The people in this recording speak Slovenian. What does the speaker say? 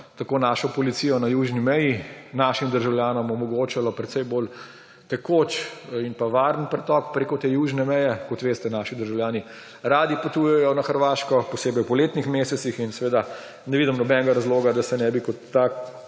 tako našo policijo na južni meji, našim državljanom pa omogočalo precej bolj tekoč in varen pretok preko te južne meje. Kot veste, naši državljani radi potujejo na Hrvaško, posebej v poletnih mesecih, in seveda ne vidim nobenega razloga, da ne bi kot